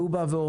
והוא בא ואומר,